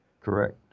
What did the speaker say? Correct